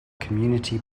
community